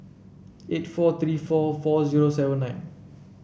eight four three four four zero seven nine